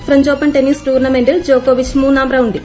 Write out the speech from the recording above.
French Open tennis ടൂർണമെന്റിൽ ജോക്കോവിച്ച് മൂന്നാം റൌണ്ടിൽ